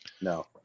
No